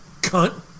cunt